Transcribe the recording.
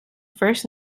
first